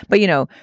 but you know,